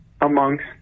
amongst